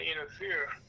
interfere